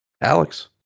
Alex